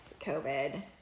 COVID